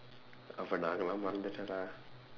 அப்ப எங்களை எல்லா மறந்துட்டேடா:appa engkalai ellaa marandthutdeedaa